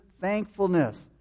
thankfulness